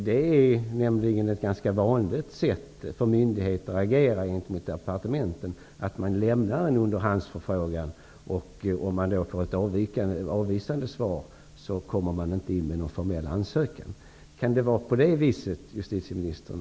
Det är nämligen ganska vanligt att myndigheter agerar på det sättet mot departementen, dvs. att man lämnar en underhandsförfrågan. Om man då får ett avvisande svar lämnar man ingen formell ansökan. Kan det ligga till på det viset, justitieministern?